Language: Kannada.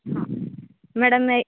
ಹಾಂ ಮೇಡಮ್